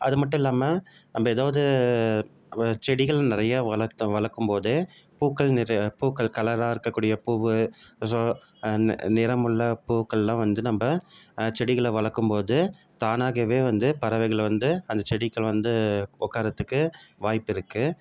அது மட்டும் இல்லாமல் நம்ம எதாவது செடிகள் நிறையா வளர்த்து வளர்க்கும் போது பூக்கள் நிற பூக்கள் கலராக இருக்கக்கூடிய பூவு ஜொ நிறம் உள்ள பூக்கள்லான் வந்து நம்ம செடிகளை வர்க்கும் போது தானாகவே வந்து பறவைகள் வந்து அந்த செடிக்குள் வந்து உக்காரத்துக்கு வாய்ப்பு இருக்குது